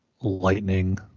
Lightning